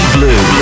Blue